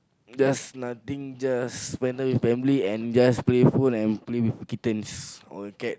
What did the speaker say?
just nothing just spend time with family and just play phone and just play with kittens or cat